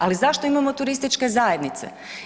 Ali zašto imamo turističke zajednice?